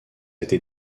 été